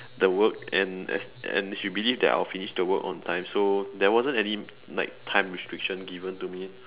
the work and as and she believed that I would finish the work on time so there wasn't any like time restriction given to me